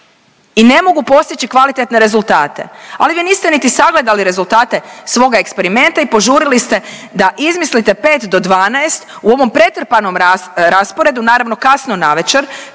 I ne mogu postići kvalitetne rezultate ali vi niste niti sagledali rezultate svoga eksperimenta i požurili ste da izmislite 5 do 12 u ovom pretrpanom rasporedu, naravno kasno navečer